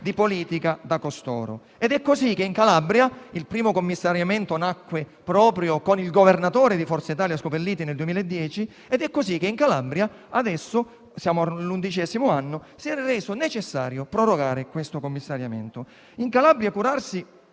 di politica da costoro. Ed è così che in Calabria il primo commissariamento nacque proprio con il governatore di Forza Italia Scopelliti nel 2010; ed è così che in Calabria adesso, siamo all'undicesimo anno, si è reso necessario prorogare questo commissariamento. In Calabria curarsi